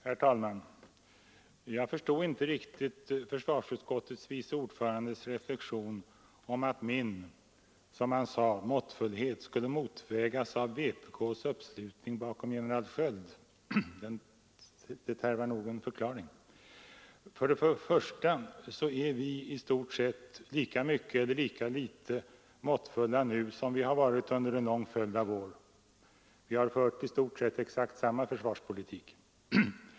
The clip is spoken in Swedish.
Herr talman! Jag förstod inte riktigt den reflexion som försvarsutskottets vice ordförande gjorde att min, som han sade, måttfullhet skulle motvägas av vpk:s uppslutning bakom general Sköld. Det tarvar nog en förklaring. För det första är vi i moderata samlingspartiet i stort sett lika mycket eller lika litet måttfulla nu som vi har varit under en lång följd av år. Vi har fört praktiskt taget exakt samma försvarspolitik.